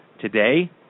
Today